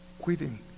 quitting